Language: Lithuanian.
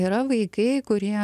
yra vaikai kurie